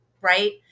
Right